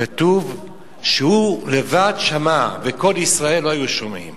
כתוב שהוא לבד שמע וכל ישראל לא היו שומעים.